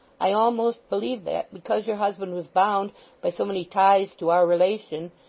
i almost believe that because your husband was bound by so many ties to our relation,